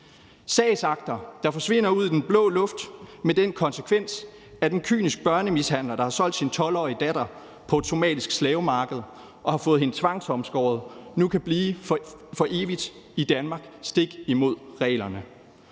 sagsakter, der forsvinder ud i den blå luft med den konsekvens, at en kynisk børnemishandler, der har solgt sin 12-årige datter på et somalisk slavemarked og har fået hende tvangsomskåret, nu kan blive for evigt i Danmark stik imod reglerne.